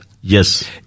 Yes